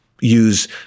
use